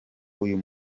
uyu